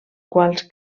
quals